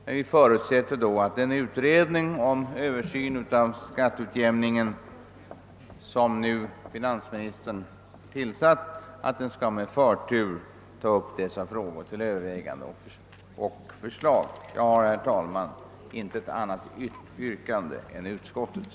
Men vi förutsätter då, att den utredning om översyn av skatteutjämningen som finansministern nu tillsatt skall med förtur ta upp dessa frågor till övervägande och utarbeta förslag. Herr talman! Jag har intet annat yrkande än utskottets.